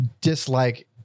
dislike